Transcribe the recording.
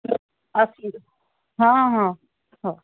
ଆସ ହଁ ହଁ ହଁ